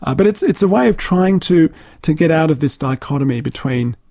but it's it's a way of trying to to get out of this dichotomy between,